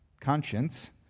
conscience